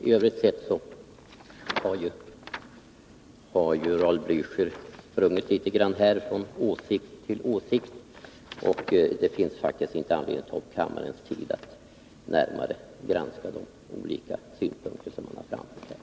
F. ö. har ju Raul Bläöcher sprungit litet grand från åsikt till åsikt, och det finns faktiskt inte anledning att ta upp kammarens tid med att närmare granska de olika synpunkter som han har framfört.